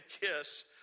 kiss